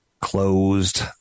closed